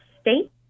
state